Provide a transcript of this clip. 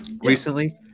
Recently